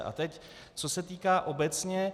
A teď co se týká obecně.